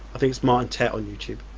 i think it's martin tett on youtube.